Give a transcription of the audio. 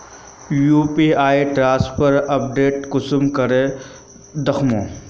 UPI transfer update कुंसम करे दखुम?